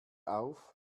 auf